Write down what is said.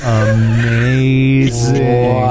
amazing